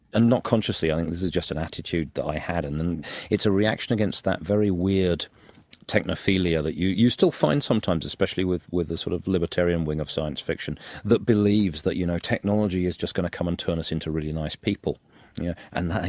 not consciously i think, it is just an attitude that i had, and and it's a reaction against that very weird technophilia that you you still find sometimes especially with with the sort of libertarian wing of science-fiction that believes that you know technology is just going to come and turn us into really nice people and